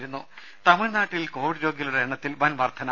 ദേഴ തമിഴ്നാട്ടിൽ കോവിഡ് രോഗികളുടെ എണ്ണത്തിൽ വൻവർധന